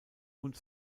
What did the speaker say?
und